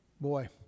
boy